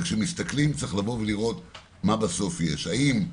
אבל צריך לפעמים לראות מה התכלס בסוף כי תלמדו דבר אחד,